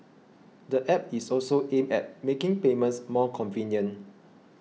the App is also aimed at making payments more convenient